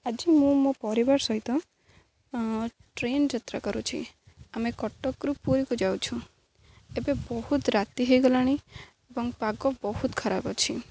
ଆଜି ମୁଁ ମୋ ପରିବାର ସହିତ ଟ୍ରେନ୍ ଯାତ୍ରା କରୁଛି ଆମେ କଟକରୁ ପୁରୀକୁ ଯାଉଛୁ ଏବେ ବହୁତ ରାତି ହେଇଗଲାଣି ଏବଂ ପାଗ ବହୁତ ଖରାପ୍ ଅଛି